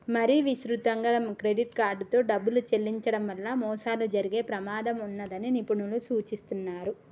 మరీ విస్తృతంగా క్రెడిట్ కార్డుతో డబ్బులు చెల్లించడం వల్ల మోసాలు జరిగే ప్రమాదం ఉన్నదని నిపుణులు సూచిస్తున్నరు